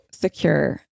secure